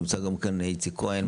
נמצא גם כאן איציק כהן,